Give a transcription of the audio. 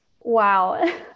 Wow